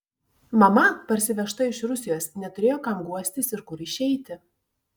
mama parsivežta iš rusijos neturėjo kam guostis ir kur išeiti